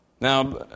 Now